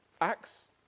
Acts